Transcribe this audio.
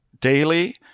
daily